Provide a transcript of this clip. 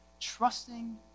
trusting